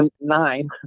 nine